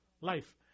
life